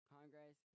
Congress